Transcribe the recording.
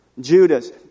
Judas